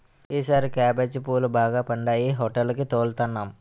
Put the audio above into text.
ఈసారి కేబేజీ పువ్వులు బాగా పండాయి హోటేలికి తోలుతన్నాం